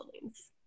buildings